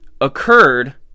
occurred